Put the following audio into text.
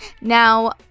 Now